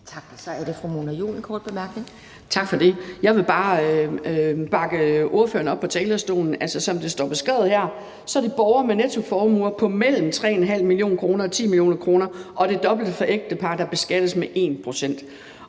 Tak. Så er det fru Mona Juul for en kort bemærkning. Kl. 11:56 Mona Juul (KF): Tak for det. Jeg vil bare bakke ordføreren på talerstolen op. Altså, som det står beskrevet her, er det borgere med nettoformuer på mellem 3,5 mio. kr. og 10 mio. kr., og det er det dobbelte for ægtepar, der beskattes med 1 pct.